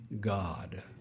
God